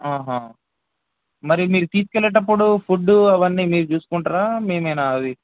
ఆహా మరి మీరు తీసుకెళ్ళేటప్పుడు ఫుడ్డు అవన్నీ మీరు చూసుకుంటారా మేమేనా అది